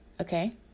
Okay